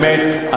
באמת,